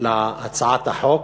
להצעת החוק,